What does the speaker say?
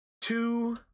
two